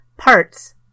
Parts